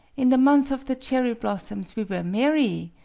in the month of the cherry-blossoms we were marry!